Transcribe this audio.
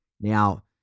Now